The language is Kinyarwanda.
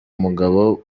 mugabo